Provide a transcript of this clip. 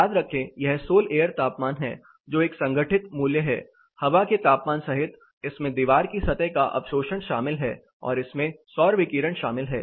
याद रखें यह सोल एयर तापमान है जो एक संगठित मूल्य है हवा के तापमान सहित इसमें दीवार की सतह का अवशोषण शामिल है और इसमें सौर विकिरण शामिल है